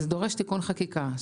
זה דורש תיקון חקיקה.